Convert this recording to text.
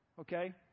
okay